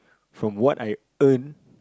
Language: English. from what I earn